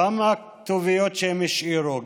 הכתוביות שהם השאירו,